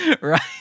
right